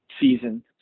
season